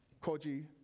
koji